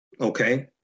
okay